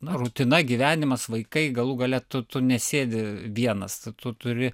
na rutina gyvenimas vaikai galų gale tu tu nesėdi vienas tu tu turi